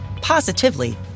positively